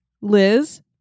Liz